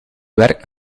werkt